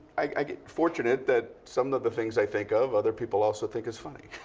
i get fortunate that some of the things i think of other people also think is funny.